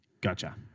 Gotcha